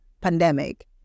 pandemic